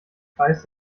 kreis